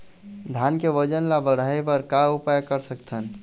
धान के वजन ला बढ़ाएं बर का उपाय कर सकथन?